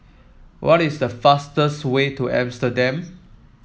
what is the fastest way to Amsterdam